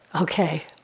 Okay